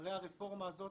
אחרי הרפורמה הזאת